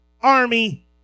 army